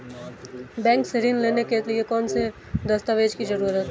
Bank से ऋण लेने के लिए कौन से दस्तावेज की जरूरत है?